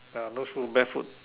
ah no foot bare foot